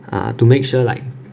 ah to make sure like